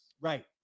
Right